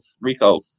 Rico